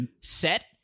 set